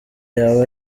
yaba